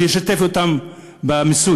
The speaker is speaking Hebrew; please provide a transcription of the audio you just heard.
ומשתף אותם במיסוי.